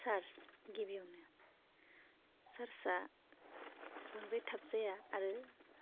charge गिबियावनो सार्जआ बांद्राय थाब जाया आरो